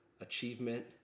achievement